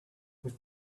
with